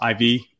IV